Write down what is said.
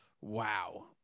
Wow